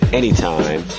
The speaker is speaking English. anytime